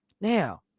now